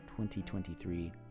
2023